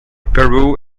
peru